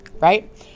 right